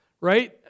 right